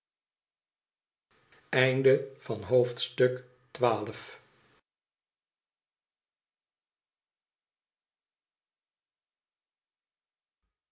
hoofdstuk van het